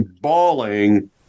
bawling